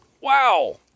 Wow